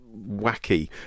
wacky